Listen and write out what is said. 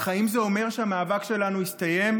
אך האם זה אומר שהמאבק שלנו הסתיים?